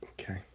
Okay